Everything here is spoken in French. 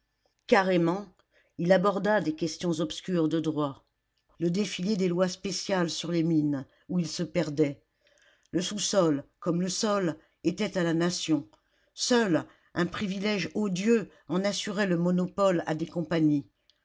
carrément il aborda des questions obscures de droit le défilé des lois spéciales sur les mines où il se perdait le sous-sol comme le sol était à la nation seul un privilège odieux en assurait le monopole à des compagnies